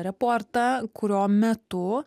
reportą kurio metu